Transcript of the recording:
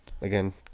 Again